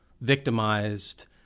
victimized